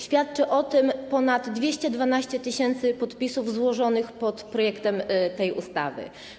Świadczy o tym ponad 212 tys. podpisów złożonych pod projektem tej ustawy.